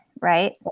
right